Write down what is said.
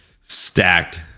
Stacked